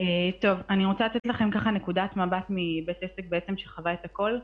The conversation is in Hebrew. רוצה לתת לכם נקודת מבט מבית עסק שחווה הכול.